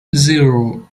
zero